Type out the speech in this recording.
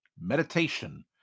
meditation